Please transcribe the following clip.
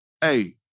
Hey